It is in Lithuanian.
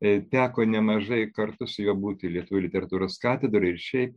teko nemažai kartu su juo būti lietuvių literatūros katedroj ir šiaip